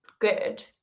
good